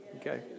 Okay